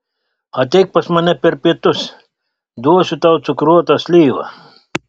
ateik pas mane per pietus duosiu tau cukruotą slyvą